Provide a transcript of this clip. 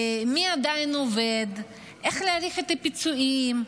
מי עדיין עובד, איך להעריך את הפיצויים.